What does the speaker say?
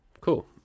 Cool